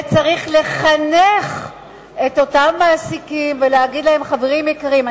צריך לחנך את אותם מעסיקים ולהגיד להם: חברים יקרים,